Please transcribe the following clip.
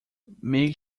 make